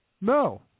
No